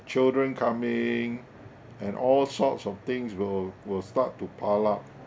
children coming and all sorts of things will will start to pile up